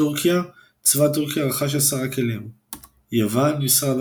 טורקיה טורקיה – צבא טורקיה רכש 10 כלים יוון יוון – משרד